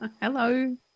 Hello